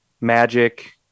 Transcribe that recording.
Magic